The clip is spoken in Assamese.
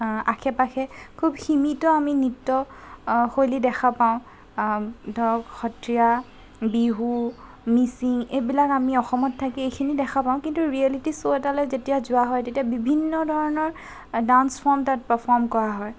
আশে পাশে খুব সীমিত আমি নৃত্য শৈলী দেখা পাওঁ ধৰক সত্ৰীয়া বিহু মিচিং এইবিলাক আমি অসমত থাকি এইখিনি দেখা পাওঁ কিন্তু ৰিয়েলিটি শ্ব' এটালৈ যেতিয়া যোৱা হয় তেতিয়া বিভিন্ন ধৰণৰ ডান্স ফৰ্ম তাত পাৰফৰ্ম কৰা হয়